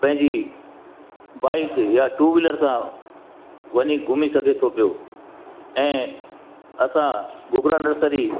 पंहिंजी बाइक या two wheeler सां वञी घुमी सघे थो पियो ऐं असां घुघरा नर्सरी